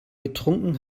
getrunken